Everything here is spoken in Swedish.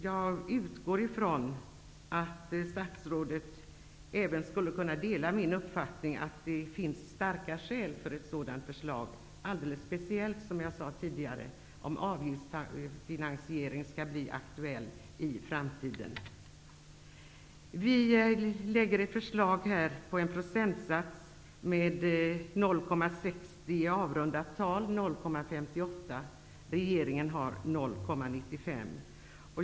Jag utgår från att statsrådet också skulle kunna dela min uppfattning, att det finns starka skäl för ett sådant förslag -- alldeles speciellt om, som jag tidigare sade, avgiftsfinansiering skall bli aktuell i framtiden. Vi lägger fram ett förslag till en procentsats om, avrundat, 0,60 %-- egentligen 0,58. Regeringens siffra är 0,95.